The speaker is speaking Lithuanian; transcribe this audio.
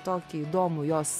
tokį įdomų jos